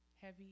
heavy